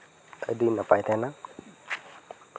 ᱟᱹᱰᱤ ᱱᱟᱯᱟᱭ ᱛᱟᱦᱮᱱᱟ